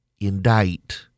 indict